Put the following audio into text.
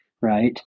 right